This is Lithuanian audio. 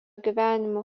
gyvenimo